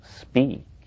speak